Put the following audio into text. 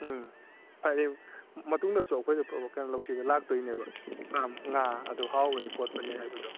ꯎꯝ ꯍꯥꯏꯗꯤ ꯃꯇꯨꯡꯗꯁꯨ ꯑꯩꯈꯣꯏꯗ ꯀꯩꯅꯣ ꯂꯧꯁꯤꯗ ꯂꯥꯛꯇꯣꯏꯅꯦꯕ ꯐꯥꯝ ꯉꯥ ꯑꯗꯨ ꯍꯥꯎꯕꯅꯤ ꯈꯣꯠꯄꯅꯤ ꯍꯥꯏꯕꯗꯣ